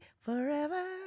forever